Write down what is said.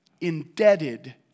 indebted